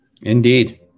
Indeed